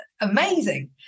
amazing